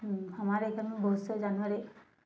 हूँ हमारे घर में बहुत से जानवरे